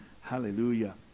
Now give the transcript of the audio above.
Hallelujah